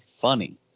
funny